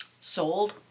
sold